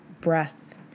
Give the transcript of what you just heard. breath